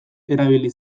erabili